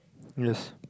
yes